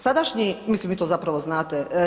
Sadašnji, mislim, vi to zapravo znate.